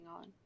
on